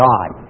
God